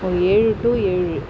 ஓ ஏழு டூ ஏழு